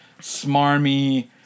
smarmy